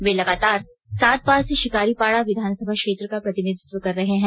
वे लगातार सात बार से शिकारीपाड़ा विधानसभा क्षेत्र का प्रतिनिधित्व कर रहे हैं